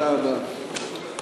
תודה רבה.